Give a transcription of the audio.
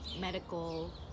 medical